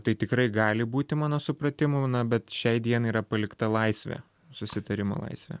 tai tikrai gali būti mano supratimu na bet šiai dienai yra palikta laisvė susitarimo laisvė